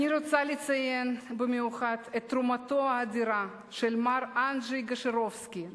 אני רוצה לציין במיוחד את תרומתו האדירה של מר אנג'י גשירובסקי,